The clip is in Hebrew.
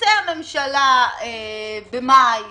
תרצה הממשלה במאי